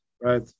right